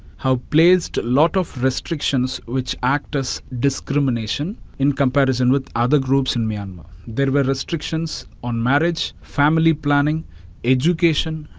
have placed a lot of restrictions which act as discrimination in comparison with other groups in myanmar. there were restrictions on marriage, family planning education,